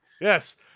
Yes